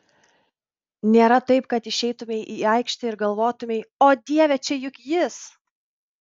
nėra taip kad išeitumei į aikštę ir galvotumei o dieve čia juk jis